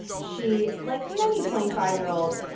she, like many twenty five year olds,